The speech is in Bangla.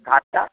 ধারটা